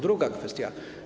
Druga kwestia.